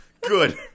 Good